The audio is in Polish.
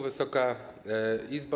Wysoka Izbo!